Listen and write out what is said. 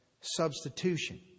substitution